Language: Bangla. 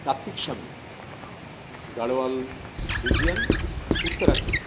কার্তিক স্বামী গাড়ওয়াল রিজিয়ান উত্তরাখণ্ড